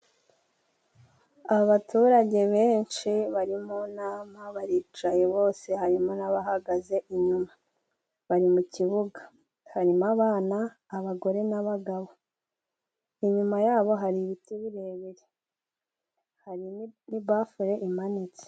Abaturage benshi bari mu nama baricaye bose harimo n'abahagaze inyuma bari mu kibuga, harimo abana abagore n'abagabo, inyuma yabo hari ibiti birebire hari bafure imanitse.